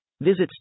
Visit